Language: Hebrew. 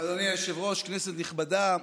אדוני היושב-ראש, כנסת נכבדה,